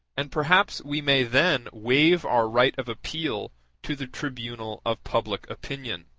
and perhaps we may then waive our right of appeal to the tribunal of public opinion.